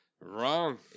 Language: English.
Wrong